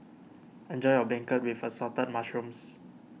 enjoy your Beancurd with Assorted Mushrooms